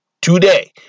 today